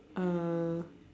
uh